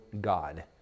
God